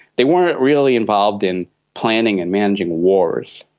they weren't really involved in planning and managing wars,